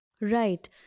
Right